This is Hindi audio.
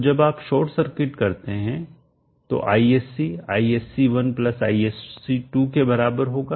तो जब आप शॉर्ट सर्किट करते हैं तो Isc Isc1 Isc2 के बराबर होगा